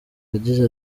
yagize